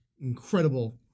incredible